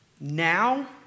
Now